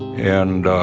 and